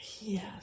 Yes